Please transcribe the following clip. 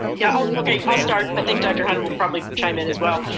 yeah, i'll okay, i'll start. i think dr. hunter will probably chime in as well.